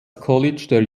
college